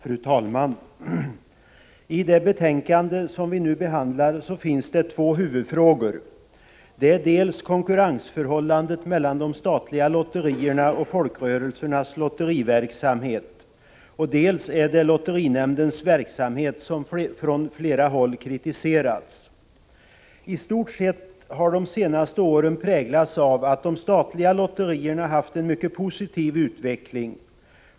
Fru talman! I det betänkande som vi nu behandlar finns två huvudfrågor: dels gäller det konkurrensförhållandet mellan de statliga lotterierna och folkrörelsernas lotteriverksamhet, dels gäller det lotterinämndens verksamhet, som från flera håll har kritiserats. I stort sett har situationen under de senaste åren präglats av att de statliga lotterierna haft en mycket positiv utveckling.